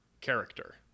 character